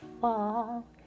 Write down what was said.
fall